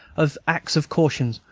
of acts of caution,